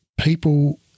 People